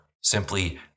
simply